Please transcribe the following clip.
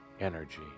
energy